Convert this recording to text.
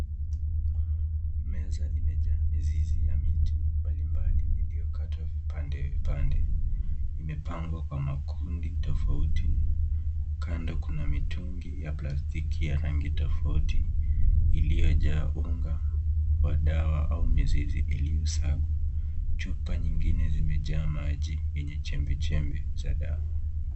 Meza imejaa mizizi ya miti mbalimbali iliyokatwa pande pande. Imepangwa kwa makundi tofauti. Kando kuna mitungi ya plastiki ya rangi tofauti iliyojaa unga wa dawa au mizizi iliyosagwa. Chupa nyingine zimejaa maji yenye chembechembe za dawa.